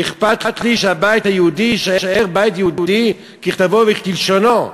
אכפת לי שהבית היהודי יישאר בית יהודי ככתבו וכלשונו.